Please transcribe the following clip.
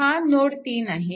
हा नोड 3 आहे